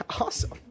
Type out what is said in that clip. Awesome